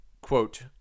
quote